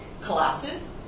collapses